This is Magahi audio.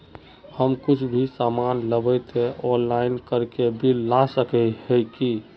हम कुछ भी सामान लेबे ते ऑनलाइन करके बिल ला सके है की?